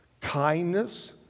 kindness